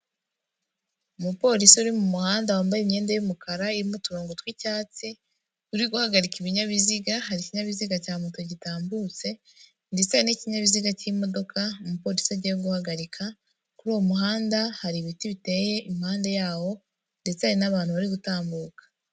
Umupolisi uri mu muhanda wambaye imyenda y'umukara, irimo uturongo tw'icyatsi uri guhagarika ibinyabiziga, hari ikinyabiziga cya moto gitambutse ndetse n'ikinyabiziga cy'imodoka, umupolisi agiye guhagarika kuri uwo muhanda hari ibiti biteye impande yawo ndetse hari n'abantu bari gutambuka.